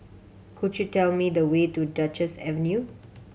could you tell me the way to Duchess Avenue